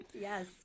Yes